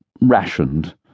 rationed